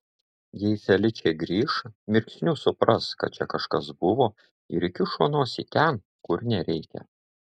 jei feličė grįš mirksniu supras kad čia kažkas buvo ir įkišo nosį ten kur nereikia